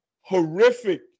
horrific